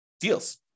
deals